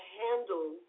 handle